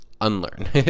unlearn